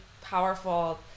powerful